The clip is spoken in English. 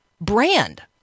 brand